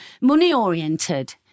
money-oriented